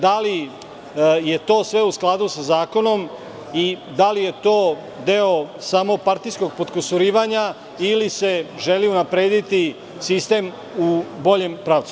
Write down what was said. Da li je to sve u skladu sa zakonom i da li je to deo samo partijskog potkusurivanja ili se želi unaprediti sistem u boljem pravcu?